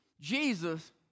Jesus